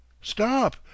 Stop